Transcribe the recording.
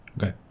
Okay